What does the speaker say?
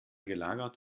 gelagert